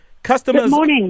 Customers